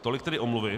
Tolik tedy omluvy.